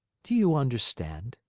do you understand?